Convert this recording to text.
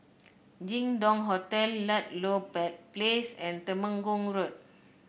Jin Dong Hotel Ludlow Place and Temenggong Road